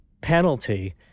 penalty